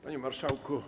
Panie Marszałku!